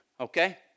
Okay